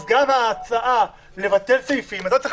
אז גם ההצעה לבטל סעיפים הייתה צריכה